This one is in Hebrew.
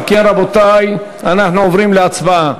אם כן, רבותי, אנחנו עוברים להצבעה.